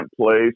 place